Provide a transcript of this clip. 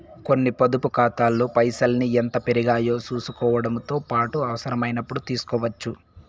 కొన్ని పొదుపు కాతాల్లో పైసల్ని ఎంత పెరిగాయో సూసుకోవడముతో పాటు అవసరమైనపుడు తీస్కోవచ్చు